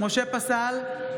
משה פסל,